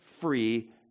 free